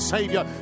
Savior